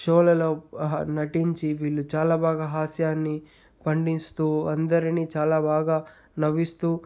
షోలలో నటించి వీళ్ళు చాలా బాగా హాస్యాన్ని పండిస్తూ అందరిని చాలా బాగా నవ్విస్తూ